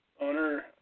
owner